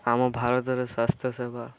ଆମ ଭାରତରେ ସ୍ୱାସ୍ଥ୍ୟ ସେବା